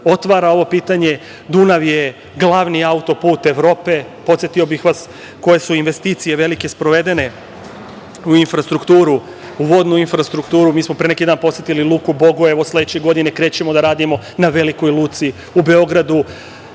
otvara ovo pitanje. Dunav je glavni autoput Evrope. Podsetio bih vas da su velike investicije sprovedene u infrastrukturu, u vodnu infrastrukturu. Mi smo pre neki dan posetili luku Bogojevo. Sledeće godine krećemo da radimo na velikoj luci u Beogradu.